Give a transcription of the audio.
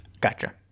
Gotcha